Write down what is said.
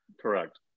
Correct